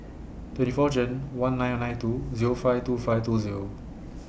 twenty four June one nine nine two Zero five two five two Zero